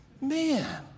Man